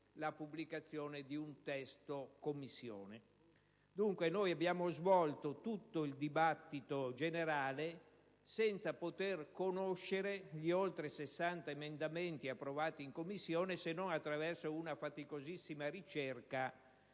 la pubblicazione di un testo Commissione del provvedimento. Dunque, noi abbiamo svolto tutta la discussione generale senza poter conoscere gli oltre 60 emendamenti approvati in Commissione se non attraverso una faticosissima ricerca